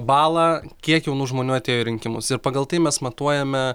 balą kiek jaunų žmonių atėjo į rinkimus ir pagal tai mes matuojame